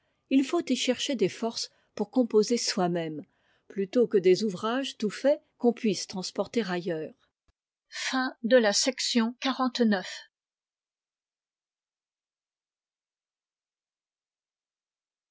il faut y chercher des forces pour composer soi-même plutôt que des ouvrages tout faits qu'on puisse transporter aioeurs chapitre xxix